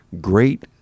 great